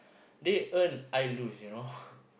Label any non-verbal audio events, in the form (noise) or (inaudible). they earn I lose you know (breath)